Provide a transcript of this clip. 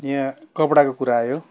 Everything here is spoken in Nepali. यहाँ कपडाको कुरा आयो